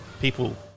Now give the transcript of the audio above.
people